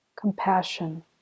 compassion